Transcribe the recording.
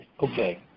Okay